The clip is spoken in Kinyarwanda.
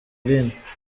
aline